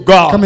God